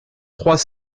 trois